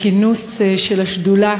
תודה לחבר הכנסת באסל גטאס.